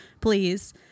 please